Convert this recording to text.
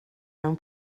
mewn